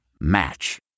Match